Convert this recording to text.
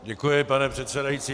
Děkuji, pane předsedající.